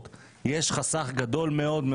הייתה פעולה מקדימה,